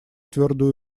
твердую